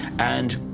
and,